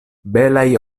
belaj